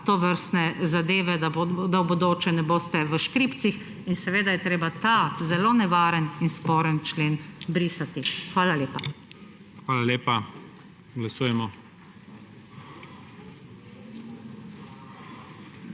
tovrstne zadeve, da v bodoče ne boste v škripcih. Seveda je treba ta zelo nevaren in sporen člen brisati. Hvala lepa. PREDSEDNIK IGOR